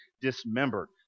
dismembered